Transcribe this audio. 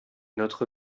notre